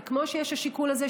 וכמו שיש השיקול הזה,